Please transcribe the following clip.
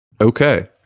Okay